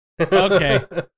Okay